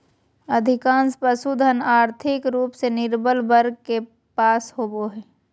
अधिकांश पशुधन, और्थिक रूप से निर्बल वर्ग के पास होबो हइ